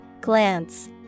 Glance